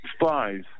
Spies